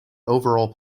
overall